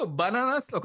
bananas